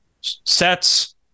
sets